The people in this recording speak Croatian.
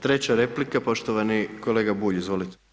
Treća replika poštovani kolega Bulj, izvolite.